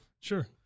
Sure